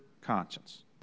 conscience